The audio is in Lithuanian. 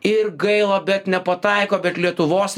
ir gaila bet nepataiko bet lietuvos